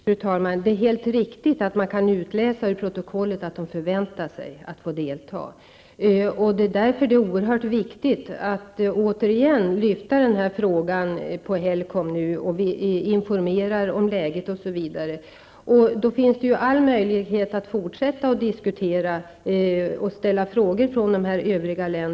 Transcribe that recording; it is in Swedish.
Fru talman! Det är helt riktigt att man kan utläsa ur protokollet att de förväntar sig att få delta. Därför är det oerhört viktigt att återigen lyfta fram den här frågan till Helcom, att informera om läget osv. Då har övriga länder all möjlighet att fortsätta att diskutera och ställa frågor.